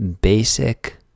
basic